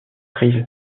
crise